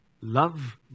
love